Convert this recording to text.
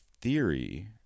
theory